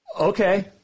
Okay